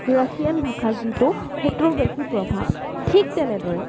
Russian ভাষা যিটো সেইটোৰ বেছি প্ৰভাৱ ঠিক তেনেদৰে